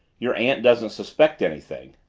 your aunt doesn't suspect anything?